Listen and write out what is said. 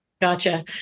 Gotcha